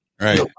right